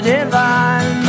Divine